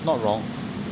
not wrong